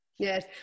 Yes